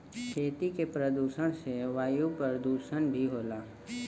खेती के प्रदुषण से वायु परदुसन भी होला